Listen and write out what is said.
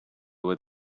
what